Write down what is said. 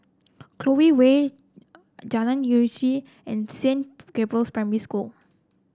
Clover Way Jalan Uji and Saint Gabriel's Primary School